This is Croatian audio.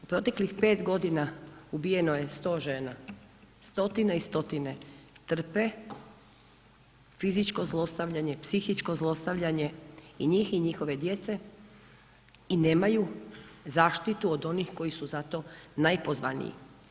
U proteklih 5.g. ubijeno je 100 žena, stotine i stotine trpe fizičko zlostavljanje, psihičko zlostavljanje i njih i njihove djece i nemaju zaštitu od onih koji su za to najpozvaniji.